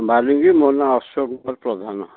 ବାଲିଙ୍ଗି ମୋ ନାଁ ଅଶ୍ୱ କୁମାର ପ୍ରଧାନ